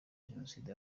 jenoside